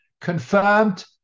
confirmed